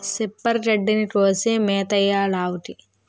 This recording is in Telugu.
సిప్పరు గడ్డిని కోసి మేతెయ్యాలావుకి